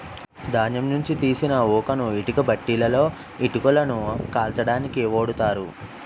ధాన్యం నుంచి తీసిన ఊకను ఇటుక బట్టీలలో ఇటుకలను కాల్చడానికి ఓడుతారు